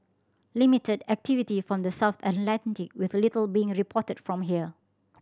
limited activity from the south Atlantic with little being reported from here